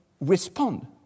respond